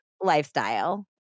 lifestyle